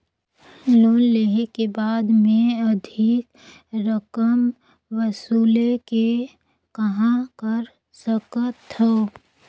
Loan लेहे के बाद मे अधिक रकम वसूले के कहां कर सकथव?